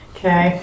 Okay